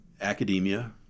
academia